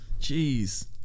Jeez